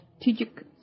Strategic